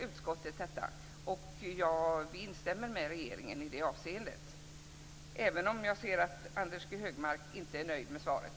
Vi instämmer med regeringen i detta avseende, även om jag ser att Anders G Högmark inte är nöjd med svaret.